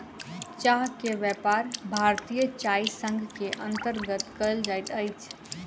चाह के व्यापार भारतीय चाय संग के अंतर्गत कयल जाइत अछि